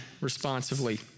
responsively